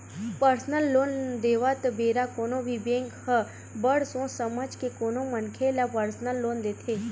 personal loan देवत बेरा कोनो भी बेंक ह बड़ सोच समझ के कोनो मनखे ल परसनल लोन देथे